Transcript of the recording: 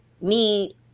need